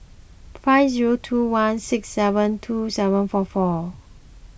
five zero two one six seven two seven four four